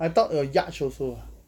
I thought a yacht also ah